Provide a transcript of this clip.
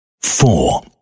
four